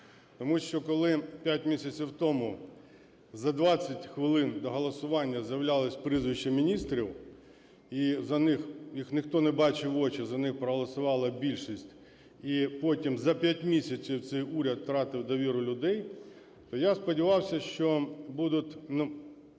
тому що, коли 5 місяців тому за 20 хвилин до голосування з'являлися прізвища міністрів і за них… їх ніхто не бачив в очі, за них проголосувала більшість і потім за 5 місяців цей уряд втратив довіру людей, то я сподівався, що будуть,